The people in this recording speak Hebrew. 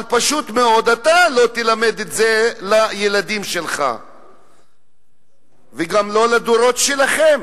אבל פשוט מאוד אתה לא תלמד את זה לילדים שלך וגם לא לדורות שלכם.